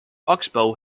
oxbow